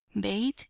bathe